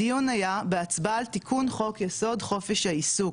הדיון היה בהצבעה על תיקון חוק יסוד חופש העיסוק,